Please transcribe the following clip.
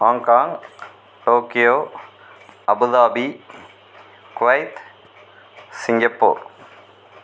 Hong Kong Tokyo Abu Dhabi Kuwait Singapore